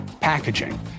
packaging